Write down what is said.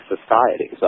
society